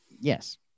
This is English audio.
Yes